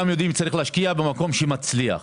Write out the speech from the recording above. יש להשקיע במקום שמצליח,